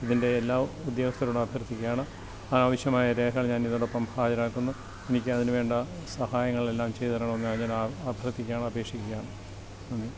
ഇതിൻ്റെ എല്ലാ ഉദ്യോഗസ്ഥരോടും അഭ്യർത്ഥിക്കുകയാണ് ആവശ്യമായ രേഖകൾ ഞാൻ ഇതിനോടൊപ്പം ഹാജരാക്കുന്നു എനിക്കതിന് വേണ്ട സഹായങ്ങളെല്ലാം ചെയ്ത് തരണമെന്ന് ഞാൻ അഭ്യർത്ഥിക്കുകയാണ് അപേക്ഷിക്കുകയാണ് നന്ദി